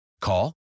Call